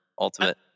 ultimate